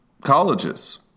colleges